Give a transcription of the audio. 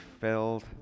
filled